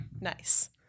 Nice